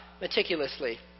meticulously